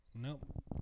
Nope